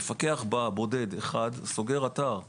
מפקח בא, מפקח בודד אחד סוגר אתר גדול,